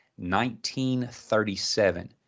1937